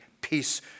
peace